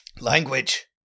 Language